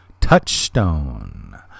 touchstone